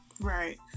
right